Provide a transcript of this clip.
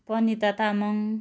Panita Tamang